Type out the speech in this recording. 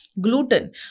Gluten